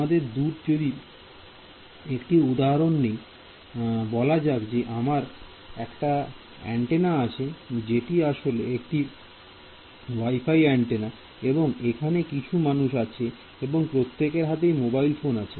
আমরা দূর যদি একটি উদাহরণ নেই বলা যাক যে আমার একটি অ্যান্টেনা আছে জেটি আসলে একটি ওয়াইফাই অ্যান্টেনা এবং এখানে কিছু মানুষ আছে এবং প্রত্যেকের হাতেই মোবাইল ফোন আছে